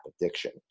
addiction